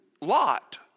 Lot